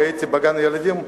והייתי בגן-הילדים,